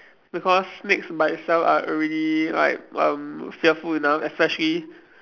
because snakes by itself are already like um fearful enough especially